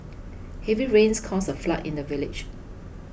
heavy rains caused a flood in the village